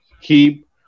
keep